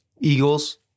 Eagles